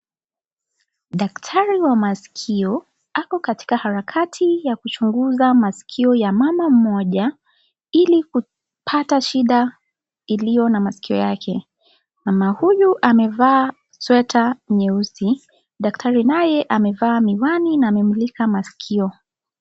Daktari wa masikio ako katika harakati ya kuchunguza masikio ya mama mmoja ili kupata shida iliyo na masikio yake. Mama huyu amevaa sweta nyeusi. Daktari naye amevaa miwani na amemulika masikio.